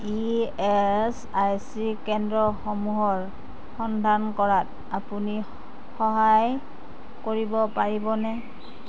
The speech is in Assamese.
ই এছ আই চি কেন্দ্ৰসমূহৰ সন্ধান কৰাত আপুনি সহায় কৰিব পাৰিবনে